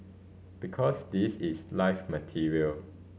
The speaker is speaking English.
because this is live material